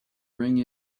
ring